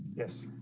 yes,